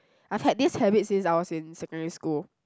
I've had this habit since I was in secondary school